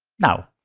now,